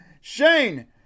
Shane